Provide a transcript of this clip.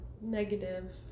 negative